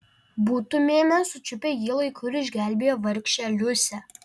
būtumėme sučiupę jį laiku ir išgelbėję vargšę liusę